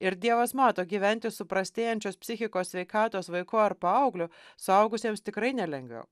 ir dievas mato gyventi su prastėjančios psichikos sveikatos vaiku ar paaugliu suaugusiems tikrai nelengviau